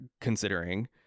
considering